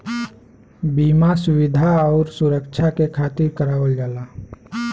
बीमा सुविधा आउर सुरक्छा के खातिर करावल जाला